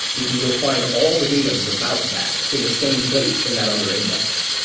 we can go find all the datums about that in the same place in that other index.